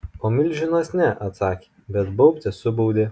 o milžinas ne atsakė bet baubte subaubė